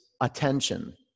attention